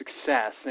success